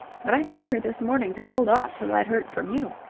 but i phoned her this morning to hold off till i'd heard from you.